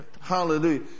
Hallelujah